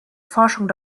forschung